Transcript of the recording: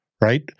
right